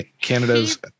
Canada's